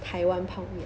台湾泡面